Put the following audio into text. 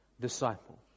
disciple